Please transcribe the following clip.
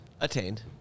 attained